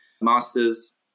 master's